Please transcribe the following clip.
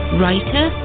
writer